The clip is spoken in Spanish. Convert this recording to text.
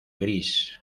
gris